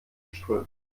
strömen